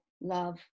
love